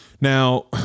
Now